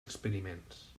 experiments